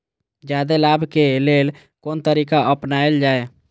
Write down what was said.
जादे लाभ के लेल कोन तरीका अपनायल जाय?